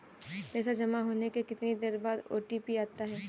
पैसा जमा होने के कितनी देर बाद ओ.टी.पी आता है?